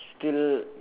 still